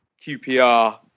QPR